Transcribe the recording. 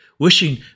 wishing